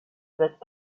wird